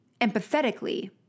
empathetically